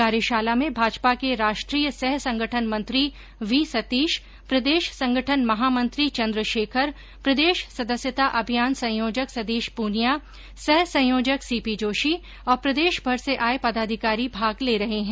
कार्यशाला में भाजपा के राष्ट्रीय सह संगठन मंत्री वी सतीश प्रदेश संगठन महामंत्री चन्द्रशेखर प्रदेश सदस्यता अभियान संयोजक सतीश पूनिया सह संयोजक सीपी जोशी और प्रदेशभर से आए पदाधिकारी भाग ले रहे है